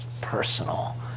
personal